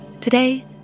Today